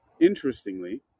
Interestingly